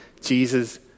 Jesus